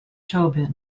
tobin